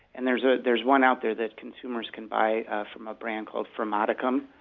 and there's ah there's one out there that consumers can buy from a brand called formaticum.